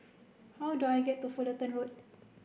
how do I get to Fullerton Road